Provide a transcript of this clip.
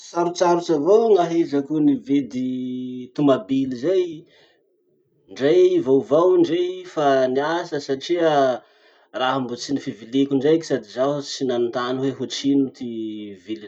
Sarosarotsy avao gn'ahezako ny vidy tomabily zay, ndre i vaovao ndre i fa niasa satria raha mbo tsy nifiviliko indraiky sady zaho tsy nanotany hoe hotrino ty viliny.